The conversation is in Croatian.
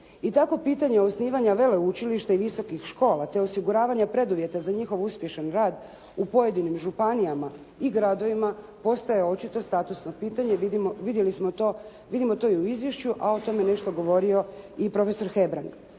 I tako pitanje osnivanja veleučilišta i visokih škola te osiguravanja preduvjeta za njihov uspješan rad u pojedinim županijama i gradovima postaje očito statusno pitanje, vidimo to u izvješću, a o tome je nešto govorio i prof. Hebrang.